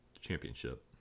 championship